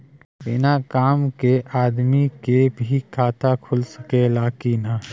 बिना काम वाले आदमी के भी खाता खुल सकेला की ना?